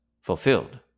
fulfilled